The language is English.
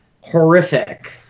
horrific